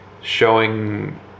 showing